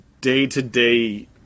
day-to-day